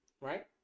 Right